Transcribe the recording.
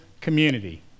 community